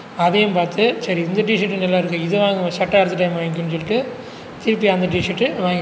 அதையும் பார்த்து சரி இந்த டிஷர்ட்டு நல்லாயிருக்கு இதை வாங்குவோம் சட்டை அடுத்த டைம் வாங்கிக்குவோம்னு சொல்லிகிட்டு திருப்பி அந்த டிஷர்ட்டு வாங்கிட்டேன்